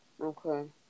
okay